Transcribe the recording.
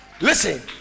Listen